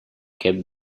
kept